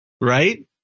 right